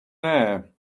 there